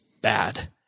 bad